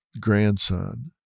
grandson